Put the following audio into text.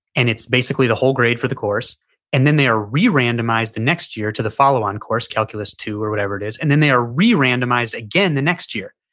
and it's basically the whole grade for the course and then they are re randomized the next year to the follow on course, calculus two or whatever it is, and then they are randomized again the next year.